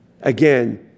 Again